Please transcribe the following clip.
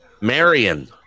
Marion